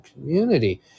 community